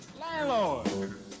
Landlord